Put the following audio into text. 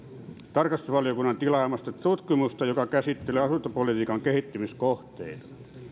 tarkastusvaliokunnan tilaamassa tutkimuksessa joka käsittelee asuntopolitiikan kehittämiskohteita